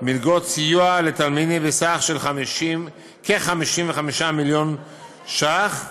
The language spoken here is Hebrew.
מלגות סיוע לתלמידים, סך של כ-55 מיליון ש"ח בשנה.